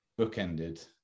bookended